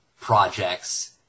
projects